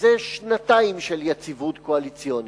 זה שנתיים של יציבות קואליציונית,